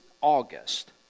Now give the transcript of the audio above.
August